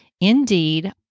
indeed